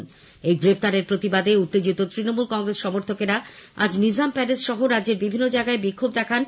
এদিকে এই গ্রেপ্তারের প্রতিবাদে উত্তেজিত তৃণমূল কংগ্রেস সমর্থকেরা আজ নিজাম প্যালেস সহ রাজ্যের বিভিন্ন জায়গায় বিক্ষোভ দেখান